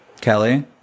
kelly